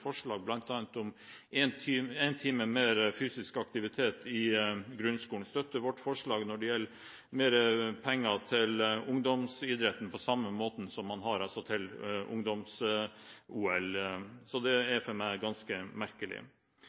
om én time mer fysisk aktivitet i grunnskolen og vårt forslag om penger til ungdomsidretten tilsvarende statsgarantien for Ungdoms-OL. Det er for meg ganske merkelig. Så er det